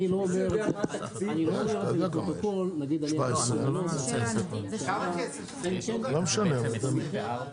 אני אחזור כי אני מניח שבסערת הדיבור פה אף אחד לא שמע כלום.